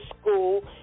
School